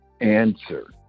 answer